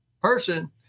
person